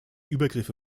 übergriffe